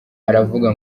aravuga